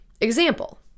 Example